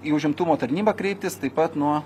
į užimtumo tarnybą kreiptis taip pat nuo